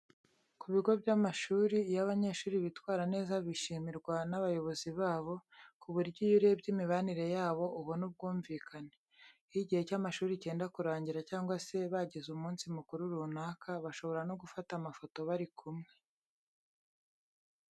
Ku bigo by'amashuri iyo abanyeshuri bitwara neza bishimirwa n'abayobozi babo, ku buryo iyo urebye imibanire yabo, ubonamo ubwumvikane. Iyo igihe cy'amashuri cyenda kurangira cyangwa se bagize umunsi mukuru runaka, bashobora no gufata amafoto bari kumwe.